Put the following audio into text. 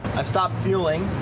i stopped fueling